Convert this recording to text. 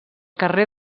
carrer